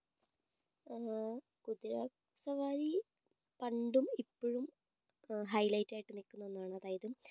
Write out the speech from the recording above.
കുതിരസവാരി പണ്ടും ഇപ്പഴും ഹൈലൈറ്റ് ആയിട്ട് നിയ്ക്കുന്ന ഒന്നാണ് അതായത്